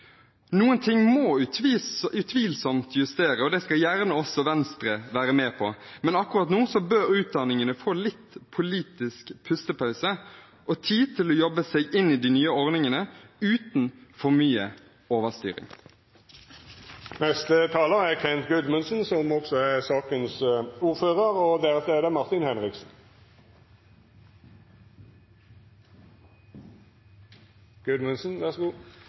Noen ting må utvilsomt justeres, og det skal gjerne også Venstre være med på, men akkurat nå bør utdanningene få litt politisk pustepause og tid til å jobbe seg inn i de nye ordningene, uten for mye overstyring. Det som fikk meg også til å ta ordet, var at retorikken fra Arbeiderpartiet er